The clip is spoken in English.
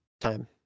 Time